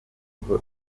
kuko